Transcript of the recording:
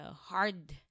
hard